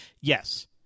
Yes